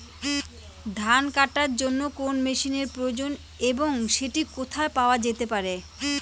ধান কাটার জন্য কোন মেশিনের প্রয়োজন এবং সেটি কোথায় পাওয়া যেতে পারে?